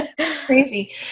Crazy